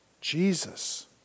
Jesus